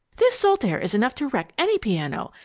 this salt air is enough to wreck any piano,